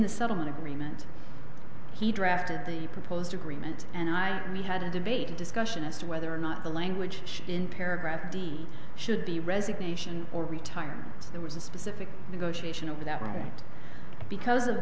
the settlement agreement he drafted the proposed agreement and i we had a debate and discussion as to whether or not the language in paragraph d should be resignation or retirement there was a specific negotiation over that right because of